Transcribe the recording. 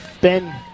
Ben